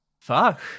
Fuck